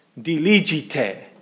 diligite